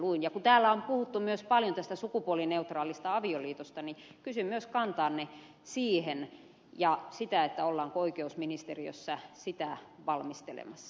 ja kun täällä on puhuttu myös paljon tästä sukupuolineutraalista avioliitosta niin kysyn myös kantaanne siihen ja sitä ollaanko oikeusministeriössä sitä valmistelemassa